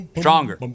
stronger